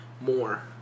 more